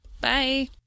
Bye